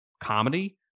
comedy